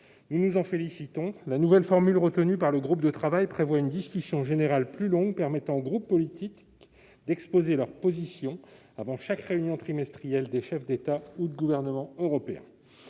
Nous nous en félicitons. La nouvelle formule retenue par le groupe de travail prévoit une discussion générale plus longue permettant aux groupes politiques d'exposer leurs positions avant chaque réunion trimestrielle des chefs d'État ou de gouvernement européens.